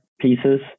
pieces